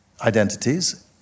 identities